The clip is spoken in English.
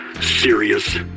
Serious